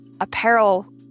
apparel